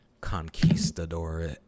conquistador